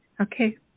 okay